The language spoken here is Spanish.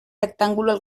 rectangular